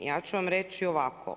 Ja ću vam reći ovako.